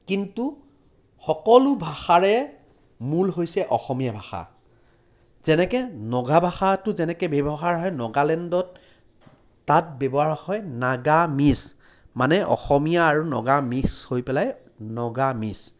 কিন্তু সকলো ভাষাৰে মূল হৈছে অসমীয়া ভাষা যেনেকৈ নগা ভাষাটো যেনেকৈ ব্যৱহাৰ হয় নাগালেণ্ডত তাত ব্যৱহাৰ হয় নাগামিজ মানে অসমীয়া আৰু নগা মিক্স হৈ পেলাই নগামিজ